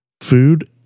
Food